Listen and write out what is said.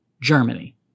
Germany